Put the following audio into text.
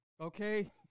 Okay